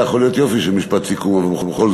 משפט סיכום, אדוני.